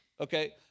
okay